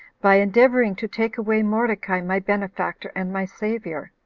by endeavoring to take away mordecai my benefactor, and my savior,